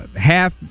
half